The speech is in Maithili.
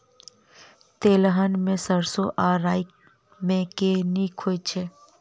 तेलहन मे सैरसो आ राई मे केँ नीक होइ छै?